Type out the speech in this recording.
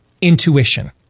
intuition